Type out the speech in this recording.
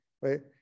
right